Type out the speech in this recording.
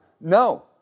No